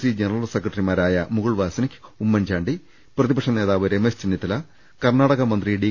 C general സെക്രട്ട റിമാരായ Mukul Wasnik Oommen Chandy പ്രതിപക്ഷ നേതാവ് Ramesh Chennithala കർണ്ണാടകമന്ത്രി D